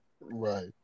Right